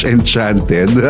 Enchanted